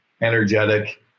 energetic